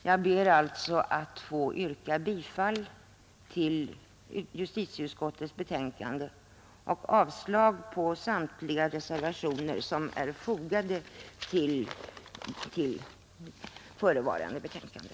Jag ber att få yrka bifall till justitieutskottets hemställan under punkten 24 i förevarande betänkande.